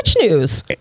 news